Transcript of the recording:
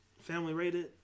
family-rated